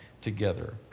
together